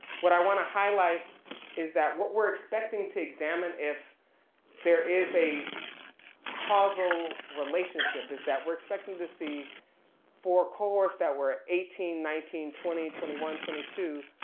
what i wanna highlight is that what we're expecting to examine if there is a causal relationship, is that we're expecting to see for cohorts that were eighteen, nineteen, twenty, twenty one, twenty two,